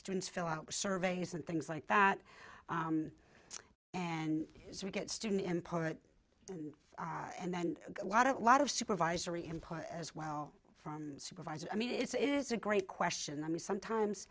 students fill out surveys and things like that and we get students and poet and then a lot of a lot of supervisory input as well from supervisors i mean it's it is a great question i mean sometimes